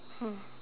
hmm